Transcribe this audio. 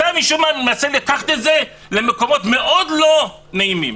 אתה משום מה מנסה לקחת את זה למקומות מאוד לא נעימים.